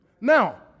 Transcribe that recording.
Now